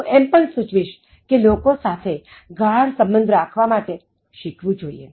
હું એમ પણ સૂચવીશ કે લોકો સાથે ગાઢ સંબંધ રાખવા માટે શીખવું જોઈએ